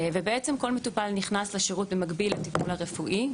כל מטופל נכנס לשירות הזה במקביל לטיפול הרפואי,